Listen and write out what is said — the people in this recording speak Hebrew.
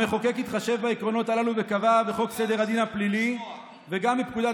המחוקק התחשב בעקרונות הללו וקבע בחוק סדר הדין הפלילי וגם בפקודת